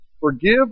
forgive